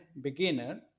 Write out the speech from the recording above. beginner